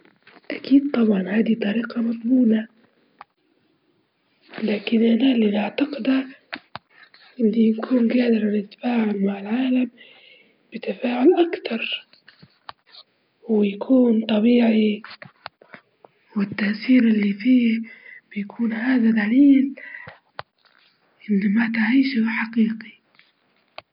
الإنسان عنده القدرة الكافية على تغيير مصيره، رغم إن القدر بيبجى ليه دور لكن الإرادة والعزيمة والعمل الجاد بيقدروا يصنعو التغيير، الإنسان لازم يكون عنده قدرة على على التغيير ويكون عنده مسؤولية باش يقدر يحقق نجاح.